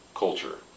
culture